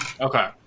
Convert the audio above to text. Okay